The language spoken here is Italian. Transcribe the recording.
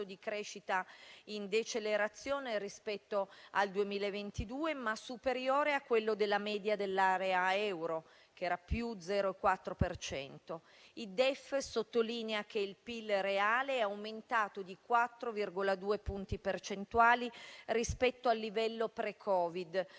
di crescita in decelerazione rispetto al 2022, ma superiore a quello della media dell'area euro, che era +0,4 per cento. Il DEF sottolinea che il PIL reale è aumentato di 4,2 punti percentuali rispetto al livello pre-Covid